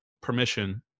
permission